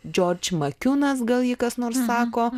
džordž makiunas gal jį kas nors sako